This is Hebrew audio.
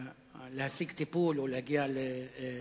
להשיג טיפול או להגיע לרופא.